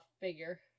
figure